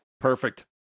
perfect